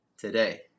today